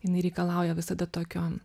jinai reikalauja visada tokio